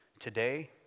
today